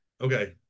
Okay